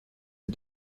île